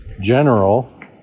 general